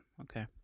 Okay